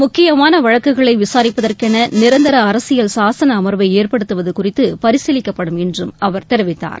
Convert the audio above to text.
முக்கியமான வழக்குகளை விசாரிப்பதற்கென நிரந்தர அரசியல் சாசன அர்வை ஏற்படுத்துவது குறித்து பரிசீலிக்கப்படும் என்றும் அவர் தெரிவித்தார்